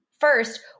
First